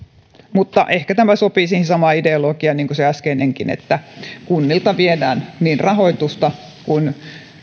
mutta ehkä tämä sopii siihen samaan ideologiaan kuin se äskeinenkin että kunnilta viedään niin rahoitusta kuin